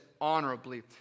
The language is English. honorably